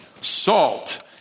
Salt